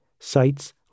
Sites